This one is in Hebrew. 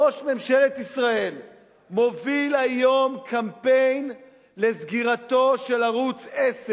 ראש ממשלת ישראל מוביל היום קמפיין לסגירתו של ערוץ-10.